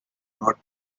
not